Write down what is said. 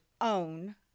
own